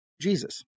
Jesus